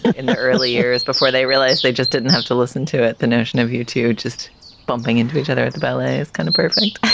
in the early years before they realize they just didn't have to listen to it the notion of youtube just bumping into each other at the ballet is kind of perfect,